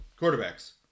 quarterbacks